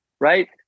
right